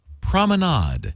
promenade